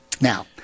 Now